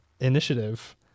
initiative